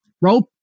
rope